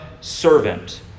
servant